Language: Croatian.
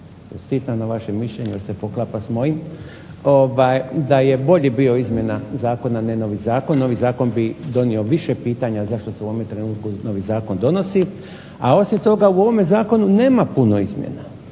čestitam na vašem mišljenju jer se poklapa s mojim, da je bolje bio izmjena zakona nego novi zakon. Novi zakon bi donio više pitanja zašto se u ovom trenutku novi zakon donosi, a osim toga u ovome zakonu nema puno izmjena